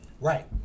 Right